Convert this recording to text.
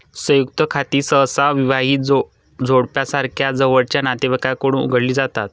संयुक्त खाती सहसा विवाहित जोडप्यासारख्या जवळच्या नातेवाईकांकडून उघडली जातात